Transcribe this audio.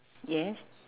yes